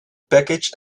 package